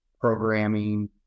programming